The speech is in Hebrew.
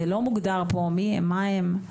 זה לא מוגדר פה מי הם, מה הם.